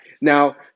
Now